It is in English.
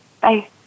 Bye